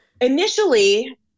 initially